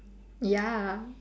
ya